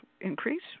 increase